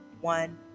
one